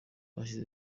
hashize